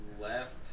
left